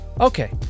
okay